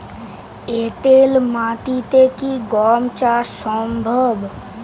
এঁটেল মাটিতে কি গম চাষ সম্ভব?